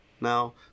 now